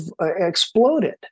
exploded